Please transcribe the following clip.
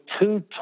two